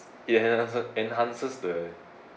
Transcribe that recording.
ya so enhances the